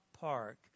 park